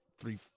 Three